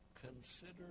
Consider